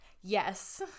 Yes